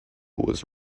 was